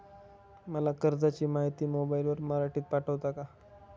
मला कर्जाची माहिती मोबाईलवर मराठीत पाठवता का?